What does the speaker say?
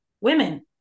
women